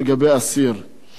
לפי תפיסת עולמנו,